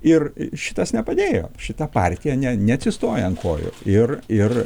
ir šitas nepadėjo šita partija neatsistoja ant kojų ir ir